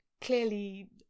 clearly